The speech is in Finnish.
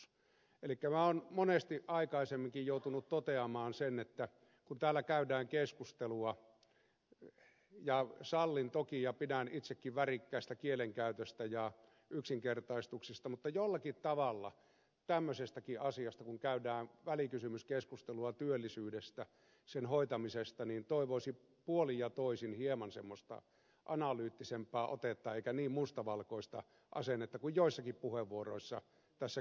elikkä minä olen monesti aikaisemminkin joutunut toteamaan sen että kun täällä käydään keskustelua sallin toki värikkään kielenkäytön ja yksinkertaistukset ja pidän itsekin niistä niin jollakin tavalla tämmöiseenkin asiaan kun käydään välikysymyskeskustelua työllisyyteen sen hoitamiseen toivoisi puolin ja toisin hieman semmoista analyyttisempää otetta eikä niin mustavalkoista asennetta kuin joissakin puheenvuoroissa tässä keskustelussa on esiintynyt